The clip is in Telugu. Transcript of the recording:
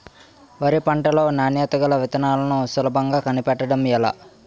వరి పంట లో నాణ్యత గల విత్తనాలను సులభంగా కనిపెట్టడం ఎలా?